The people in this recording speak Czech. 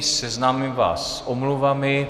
Seznámím vás s omluvami.